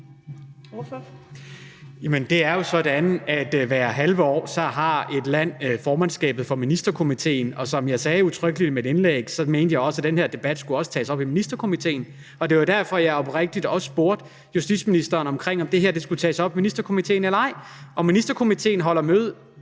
Det er jo sådan, at et land hvert halve år har formandskabet for Ministerkomitéen, og som jeg sagde udtrykkeligt i mit indlæg, mener jeg også, at den her debat skulle tages op i Ministerkomitéen, og det var også derfor, jeg oprigtigt spurgte justitsministeren, om det her skulle tages op i Ministerkomitéen eller ej. Ministerkomitéen holder møde